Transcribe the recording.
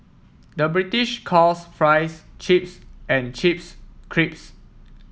the British calls fries chips and chips creeps